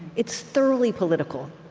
it's thoroughly political,